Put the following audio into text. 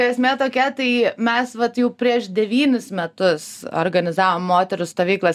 esmė tokia tai mes vat jau prieš devynis metus organizavom moterų stovyklas